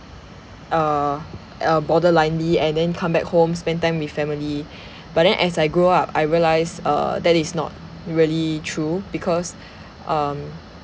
err err borderlinely and then come back home spend time with family but then as I grow up I realise err that is not really true because um